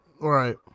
Right